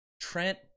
Trent